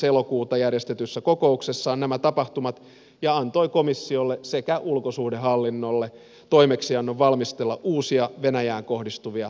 elokuuta järjestetyssä kokouksessaan nämä tapahtumat ja antoi komissiolle sekä ulkosuhdehallinnolle toimeksiannon valmistella uusia venäjään kohdistuvia pakotetoimia